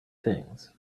things